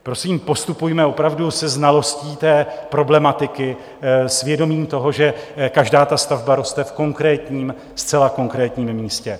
Prosím, postupujme opravdu se znalostí té problematiky, s vědomím toho, že každá ta stavba roste v konkrétním, zcela konkrétním místě.